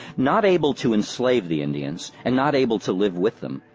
not able to enslave the indians, and not able to live with them,